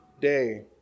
day